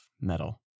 metal